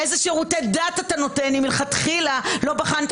איזה שירותי דת אתה נותן אם מלכתחילה לא בחנת